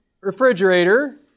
refrigerator